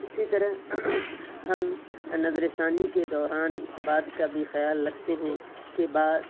اسی طرح ہم نظر ثانی کے دوران اس بات کا بھی خیال رکھتے ہیں کہ بات